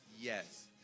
yes